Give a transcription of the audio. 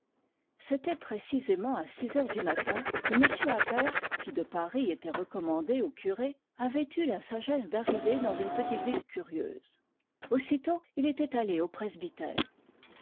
c'était précisément à six heures du matin que m appert qui de paris était recommandé au curé avait eu la sagesse d'arriver dans une petite ville curieuse aussitôt il était allé au presbytère